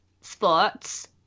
Sports